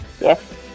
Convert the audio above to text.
yes